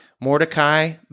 Mordecai